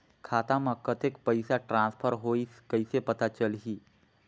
खाता म कतेक पइसा ट्रांसफर होईस कइसे पता चलही?